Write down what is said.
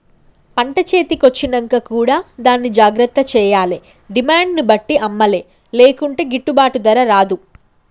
పంట చేతి కొచ్చినంక కూడా దాన్ని జాగ్రత్త చేయాలే డిమాండ్ ను బట్టి అమ్మలే లేకుంటే గిట్టుబాటు ధర రాదు